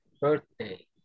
birthday